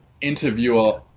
interviewer